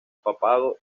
papado